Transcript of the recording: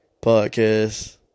podcast